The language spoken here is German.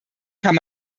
kann